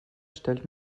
stellt